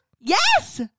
yes